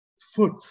foot